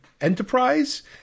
Enterprise